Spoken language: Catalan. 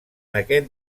aquest